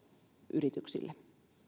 yrityksille